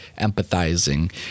empathizing